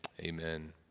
Amen